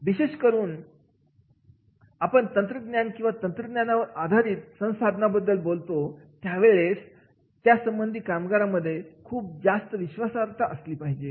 विशेष करून ठेवला पण तंत्रज्ञान किंवा तंत्रज्ञानावर आधारित साधनांबद्दल बोलतो त्यावेळेला त्यासंबंधी कामगारांमध्ये खूप जास्त विश्वासार्हता असली पाहिजे